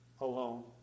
alone